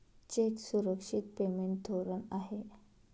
check सुरक्षित payment धोरण आहे